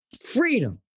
Freedom